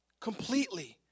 Completely